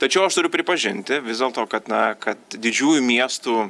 tačiau aš turiu pripažinti vis dėlto kad na kad didžiųjų miestų